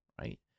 right